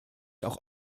auch